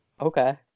okay